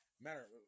matter